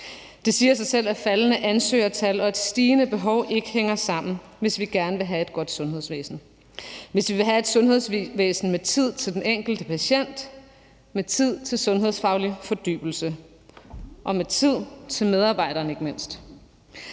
Det siger sig selv, at et faldende ansøgertal og et stigende behov ikke hænger sammen, hvis vi gerne vil have et godt sundhedsvæsen – hvis vi vil have et sundhedsvæsen med tid til den enkelte patient, med tid til sundhedsfaglig fordybelse og ikke mindst med tid til medarbejderne.